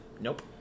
Nope